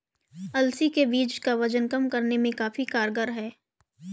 अलसी के बीज वजन कम करने में काफी कारगर है